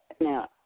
Now